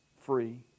free